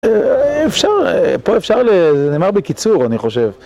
אפשר, פה אפשר, זה נאמר בקיצור, אני חושב.